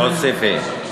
תוסיפי.